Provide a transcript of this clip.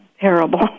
terrible